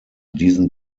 diesen